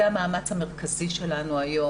זה המאמץ המרכזי שלנו היום,